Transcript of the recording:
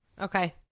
Okay